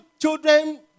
children